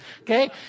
Okay